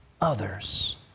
others